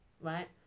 right